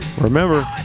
Remember